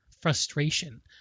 frustration